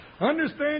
Understand